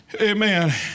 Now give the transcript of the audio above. amen